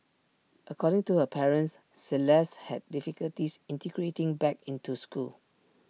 according to her parents celeste had difficulties integrating back into school